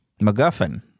MacGuffin